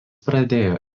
pradėjo